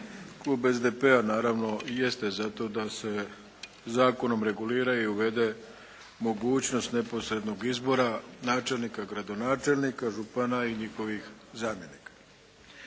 Klub SDP-a naravno jeste za to da se zakonom regulira i uvede mogućnost neposrednog izbora načelnika, gradonačelnika, župana i njihovih zamjenika.